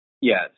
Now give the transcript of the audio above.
Yes